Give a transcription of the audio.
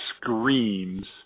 screams